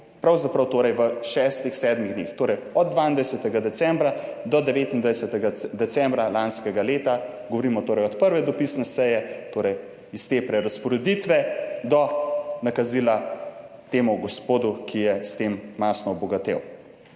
pravzaprav v šestih, sedmih dneh, torej, od 22. decembra do 29. decembra lanskega leta, govorimo torej od prve dopisne seje, torej iz te prerazporeditve do nakazila temu gospodu, ki je s tem mastno obogatel.